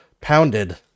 pounded